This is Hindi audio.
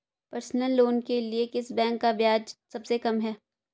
पर्सनल लोंन के लिए किस बैंक का ब्याज सबसे कम है?